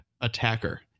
attacker